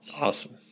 Awesome